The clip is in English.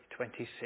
26